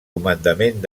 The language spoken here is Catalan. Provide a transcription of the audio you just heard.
comandament